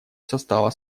состава